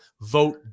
vote